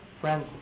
Friends